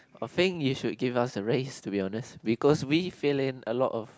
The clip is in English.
I think you should give us a raise to be honest because we fill in a lot of